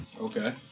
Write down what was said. Okay